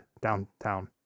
downtown